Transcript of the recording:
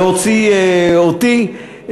להוציא אותי,